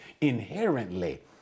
Inherently